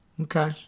Okay